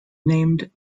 named